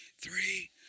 three